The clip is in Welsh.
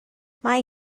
mae